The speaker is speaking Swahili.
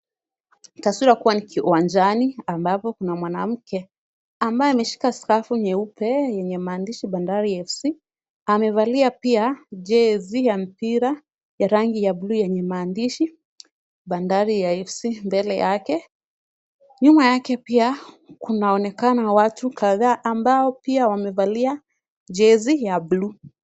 Taswira ikiwa ni uwanjani ambapo kuna mwanamke ambaye ameshika skafu nyeupe yenye maandishi Bandari FC. Amevalia pia jezi ya mpira ya rangi ya bluu yenye maandishi Bandari FC mbele yake. Nyuma yake pia kunaonekana watu kadhaa ambao pia wamevalia jezi ya bluu.